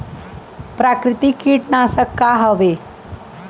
प्राकृतिक कीटनाशक का हवे?